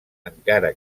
encara